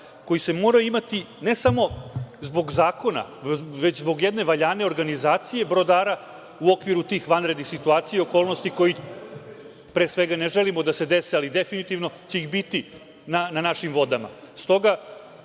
koji se mora imati, ne samo zbog zakona, već zbog jedne valjane organizacije brodara u okviru tih vanrednih situacija, okolnosti koje pre svega ne želimo da se dese, ali definitivno će ih biti na našim vodama.